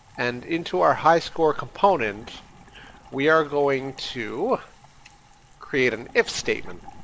and into our high score component we are going to create an if statement.